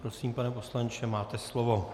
Prosím, pane poslanče, máte slovo.